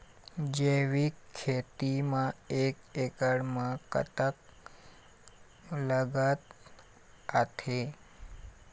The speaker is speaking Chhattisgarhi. जैविक खेती म एक एकड़ म कतक लागत आथे?